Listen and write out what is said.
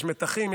יש מתחים,